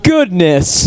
Goodness